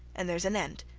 and theres an end.